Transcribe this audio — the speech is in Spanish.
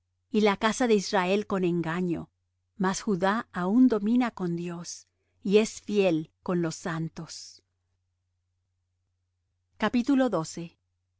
y la casa de israel con engaño mas judá aún domina con dios y es fiel con los santos